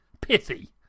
pithy